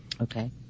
Okay